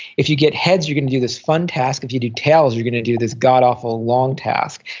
if you get heads, you can do this fun task. if you do tails, you're going to do this godawful long task.